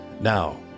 Now